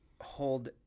hold